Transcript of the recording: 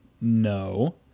no